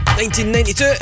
1992